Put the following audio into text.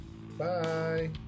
Bye